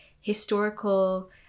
historical